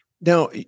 Now